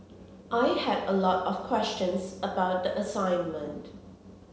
I had a lot of questions about the assignment